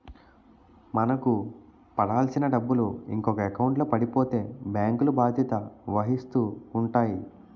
మనకు పడాల్సిన డబ్బులు ఇంకొక ఎకౌంట్లో పడిపోతే బ్యాంకులు బాధ్యత వహిస్తూ ఉంటాయి